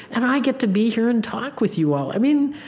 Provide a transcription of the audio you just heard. and i get to be here and talk with you all. i mean,